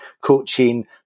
coaching